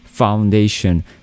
foundation